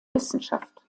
wissenschaft